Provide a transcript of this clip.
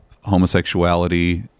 homosexuality